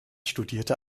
studierte